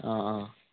आं आं